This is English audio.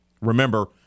Remember